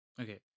okay